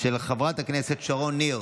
של חברת הכנסת שרון ניר,